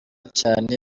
cane